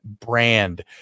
brand